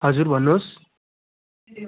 हजुर भन्नुहोस्